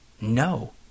No